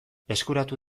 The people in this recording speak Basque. eskuratu